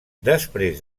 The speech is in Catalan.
després